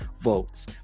votes